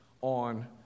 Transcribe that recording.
on